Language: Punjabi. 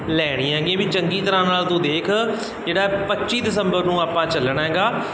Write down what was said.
ਲੈਣੀ ਹੈਗੀ ਵੀ ਚੰਗੀ ਤਰ੍ਹਾਂ ਨਾਲ ਤੂੰ ਦੇਖ ਜਿਹੜਾ ਪੱਚੀ ਦਸੰਬਰ ਨੂੰ ਆਪਾਂ ਚੱਲਣਾ ਹੈਗਾ